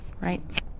Right